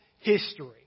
history